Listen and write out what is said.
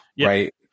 right